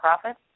profit